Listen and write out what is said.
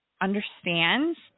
understands